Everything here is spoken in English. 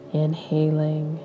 inhaling